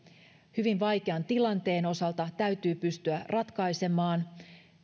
hyvin vaikean tilanteen osalta täytyy pystyä tilanne ratkaisemaan